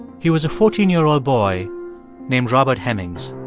he was a fourteen year old boy named robert hemings.